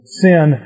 sin